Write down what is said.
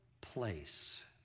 place